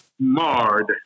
marred